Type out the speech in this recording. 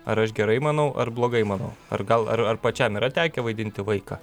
ar aš gerai manau ar blogai manau ar gal ar ar pačiam yra tekę vaidinti vaiką